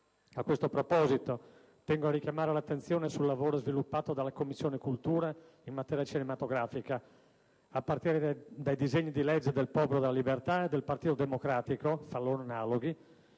A tal proposito, voglio richiamare l'attenzione sul lavoro sviluppato dalla 7a Commissione in materia cinematografica a partire dai disegni di legge presentati dal Popolo della Libertà e dal Partito Democratico, fra loro analoghi,